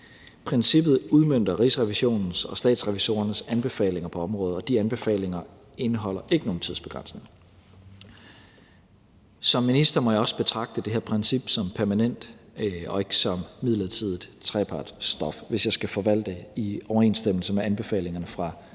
Princippet udmønter Rigsrevisionens og statsrevisorernes anbefalinger på området, og de anbefalinger indeholder ikke nogen tidsbegrænsning. Som minister må jeg også betragte det her princip som permanent og ikke som midlertidigt trepartsstof, hvis jeg skal forvalte i overensstemmelse med anbefalingerne fra statsrevisorerne